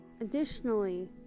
Additionally